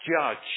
judge